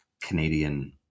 Canadian